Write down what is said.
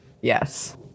Yes